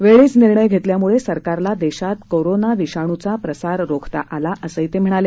वेळीच निर्णय घेतल्यामुळे सरकारला देशात करोना विषाणूचा प्रसार रोखता आला असं ते म्हणाले